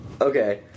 Okay